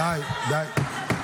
הכול פוליטיקה --- די, די.